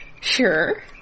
Sure